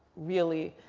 really